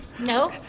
No